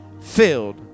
filled